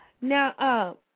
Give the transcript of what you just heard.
Now